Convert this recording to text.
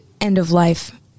end-of-life